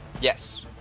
Yes